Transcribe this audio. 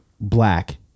black